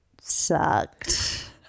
sucked